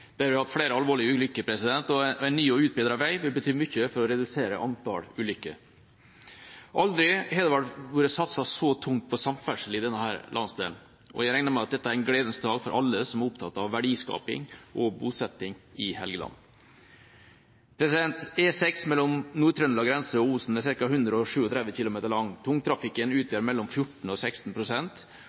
der vi har hatt flere alvorlige ulykker, og en ny og utbedret vei vil bety mye for å redusere antallet ulykker. Aldri før har det vel vært satset så tungt på samferdsel i denne landsdelen, og jeg regner med at dette er en gledens dag for alle som er opptatt av verdiskaping og bosetting i Helgeland. E6 mellom Nord-Trøndelag grense og Osen er ca. 137 km lang. Tungtrafikken utgjør 14–16 pst., og